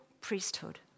priesthood